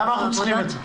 למה אנחנו צריכים את זה?